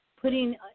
putting